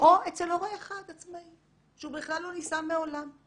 אצל הורה אחד עצמאי שהוא בכלל לא נישא מעולם,